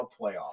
playoff